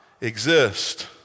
exist